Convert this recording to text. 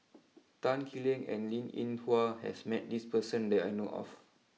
Tan Lee Leng and Linn in Hua has met this person that I know of